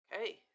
Okay